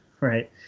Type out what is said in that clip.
right